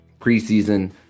preseason